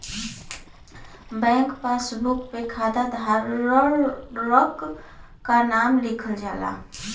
bank passbook पे खाता धारक क नाम लिखल होला